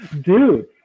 Dude